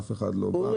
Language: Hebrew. אף אחד לא בא.